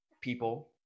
people –